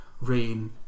rain